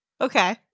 Okay